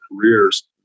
careers